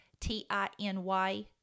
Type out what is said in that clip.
T-I-N-Y